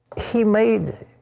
he made